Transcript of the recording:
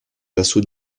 vassaux